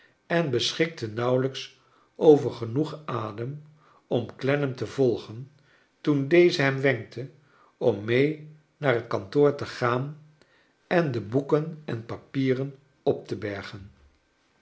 en beschikte nauwelijks over genoeg adem om cle mam te volgen toen deze hem wenkte om mee naar het kantoor te gaan en de boeken en papieren op te bergen